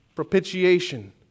Propitiation